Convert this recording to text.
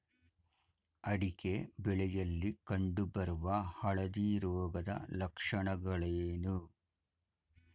ಅಡಿಕೆ ಬೆಳೆಯಲ್ಲಿ ಕಂಡು ಬರುವ ಹಳದಿ ರೋಗದ ಲಕ್ಷಣಗಳೇನು?